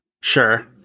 Sure